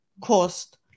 cost